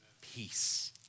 peace